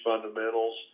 fundamentals